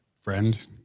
friend